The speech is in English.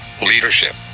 leadership